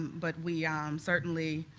but we um certainly